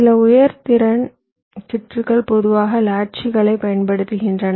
சில உயர் செயல்திறன் சுற்றுகள் பொதுவாக லாட்ச்களைப் பயன்படுத்துகின்றன